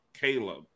Caleb